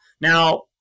Now